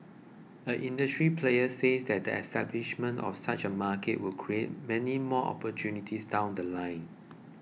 an industry player said that the establishment of such a market would create many more opportunities down The Line